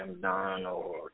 Donald